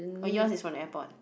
oh yours is from the airport